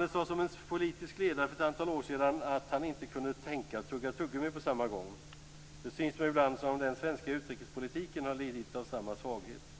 Det sades om en politisk ledare för ett antal år sedan att han inte kunde tänka och tugga tuggummi på samma gång. Det syns mig ibland som om den svenska utrikespolitiken har lidit av samma svaghet.